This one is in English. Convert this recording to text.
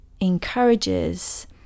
encourages